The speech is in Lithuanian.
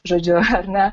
žodžiu ar ne